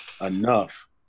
enough